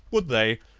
would they?